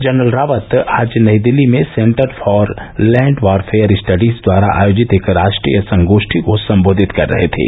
general Rawat आज नई दिल्ली में centre for land warfare studies द्वारा आयोजित एक राष्ट्रीय संगोष्ठी को संबोधित कर रहे थे